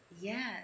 yes